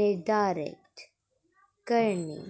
निरधारत करने